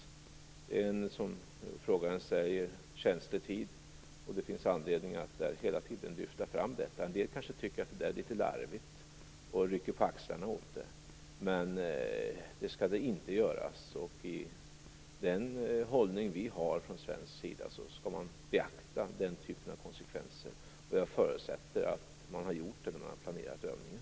Det är, som frågaren säger, en känslig tid, och det finns anledning att hela tiden lyfta fram detta. En del kanske tycker att det där är litet larvigt och rycker på axlarna åt det. Men det skall man inte göra. Den hållning vi har från svensk sida innebär att man skall beakta den typen av konsekvenser, och jag förutsätter att man har gjort det när man har planerat övningen.